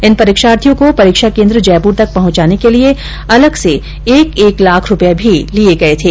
इन परीक्षार्थियों को परीक्षा केंद्र जयपूर तक पहंचाने के लिए अलग से एक एक लाख रुपए भी लिए गए थे